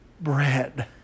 bread